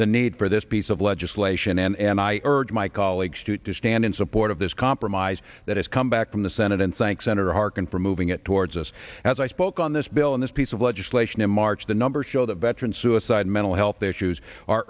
the need for this piece of legislation and i urge my colleagues to to stand in support of this compromise that has come back from the senate and thank senator harkin for moving it towards us as i spoke on this bill in this piece of legislation in march the numbers show that veterans suicide mental health issues are